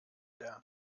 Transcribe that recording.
der